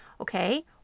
Okay